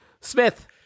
smith